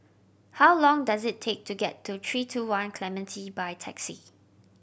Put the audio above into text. how long does it take to get to Three Two One Clementi by taxi